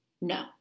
no